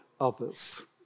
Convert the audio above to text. others